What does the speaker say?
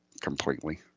completely